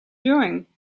doing